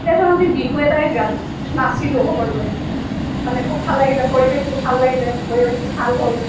এতিয়া ধৰক আমি বিহু এটাই গালোঁ নাচিলোঁ সকলোৱে মানে খুব ভাল লাগিলে পৰিৱেশটো ভাল লাগিলে পৰিৱেশটো ভাল হ'ল